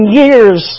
years